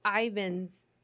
Ivan's